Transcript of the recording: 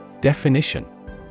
Definition